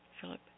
Philip